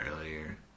earlier